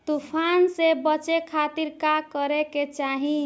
तूफान से बचे खातिर का करे के चाहीं?